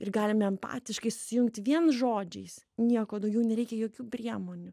ir galime empatiški susijungti vien žodžiais nieko daugiau nereikia jokių priemonių